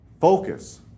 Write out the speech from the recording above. focus